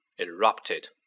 erupted